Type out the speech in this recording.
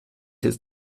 jetzt